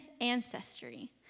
ancestry